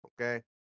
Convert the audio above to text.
Okay